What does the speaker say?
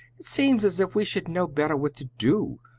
it seems as if we should know better what to do.